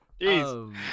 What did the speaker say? Jeez